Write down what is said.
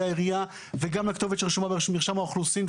העירייה וגם לכתובת שרשומה במרשם האוכלוסין.